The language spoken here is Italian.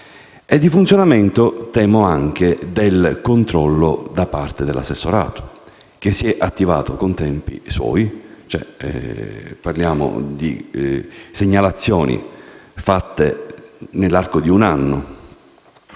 di funzionamento del controllo da parte dell'assessorato, che si è attivato con tempi suoi (parliamo di segnalazioni fatte nell'arco di un anno).